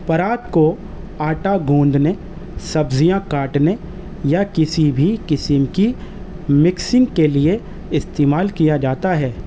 پرات کو آٹا گوندھنے سبزیاں کاٹنے یا کسی بھی قسم کی مکسنگ کے لیے استعمال کیا جاتا ہے